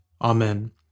Amen